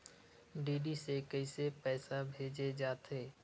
DD से कइसे पईसा भेजे जाथे?